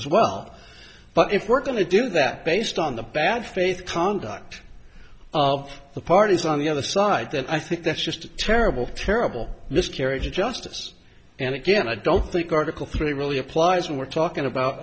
as well but if we're going to do that based on the bad faith conduct of the parties on the other side then i think that's just a terrible terrible miscarriage of justice and again i don't think article three really applies when we're talking about